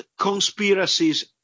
conspiracies